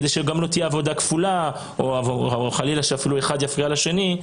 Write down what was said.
כדי שגם לא תהיה עבודה כפולה או שאחד יפריע לשני?